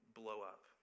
blow-up